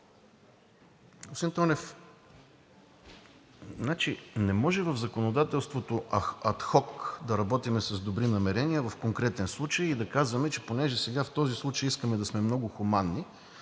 Тонев, не може в законодателство ад хок да работим с добри намерения в конкретен случай и да казваме, че понеже сега в този случай искаме да сме много хуманни,